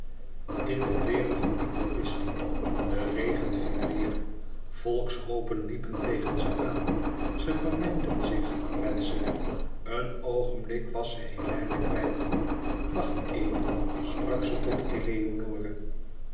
in de kleêren van die choristen de regen viel e ids aargang neêr volkshoopen liepen tegen ze aan ze vermengden zich met ze een oogenblik was ze hélène kwijt wacht even sprak ze tot eleonore